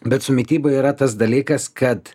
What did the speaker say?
bet su mityba yra tas dalykas kad